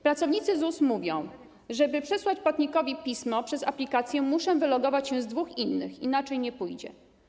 Pracownicy ZUS mówią: żeby przesłać płatnikowi pismo przez aplikację, muszę wylogować się z dwóch innych, inaczej nie pójdzie.